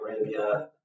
Arabia